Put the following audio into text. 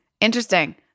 Interesting